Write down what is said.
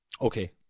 Okay